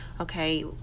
okay